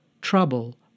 trouble